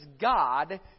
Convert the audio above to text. God